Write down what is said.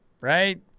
right